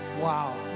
Wow